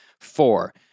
Four